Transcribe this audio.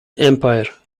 empire